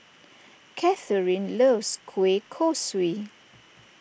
Katharine loves Kueh Kosui